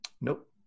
Nope